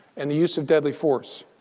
and the use of deadly force.